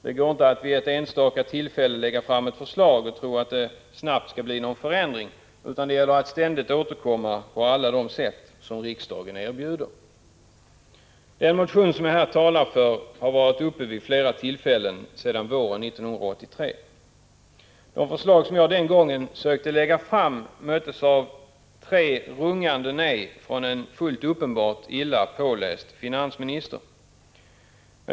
Det går inte att vid ett enstaka tillfälle lägga fram ett förslag och tro att det snabbt skall bli någon förändring, utan det gäller att ständigt återkomma på alla de sätt som riksdagen erbjuder. Den motion som jag här talar för har varit uppe till behandling vid flera tillfällen sedan våren 1983. De förslag som jag den gången sökte lägga fram möttes av tre rungande nej från en, fullt uppenbart, illa påläst finansminister.